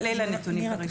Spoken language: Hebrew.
אבל כרגע אלה הנתונים שיש.